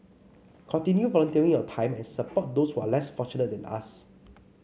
continue volunteering your time and support those who are less fortunate than us